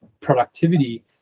productivity